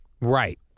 Right